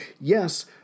yes